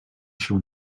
się